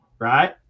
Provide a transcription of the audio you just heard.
right